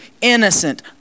innocent